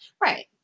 Right